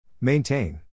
Maintain